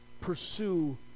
pursue